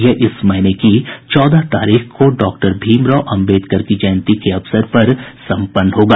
यह इस महीने की चौदह तारीख को डॉक्टर भीमराव अम्बेडकर की जयंती के अवसर पर सपन्न होगा